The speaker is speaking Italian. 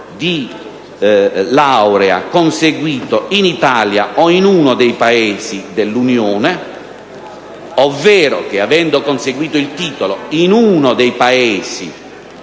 di laurea, conseguito in Italia o in uno dei Paesi dell'Unione. Invece, avendo conseguito il titolo in uno dei Paesi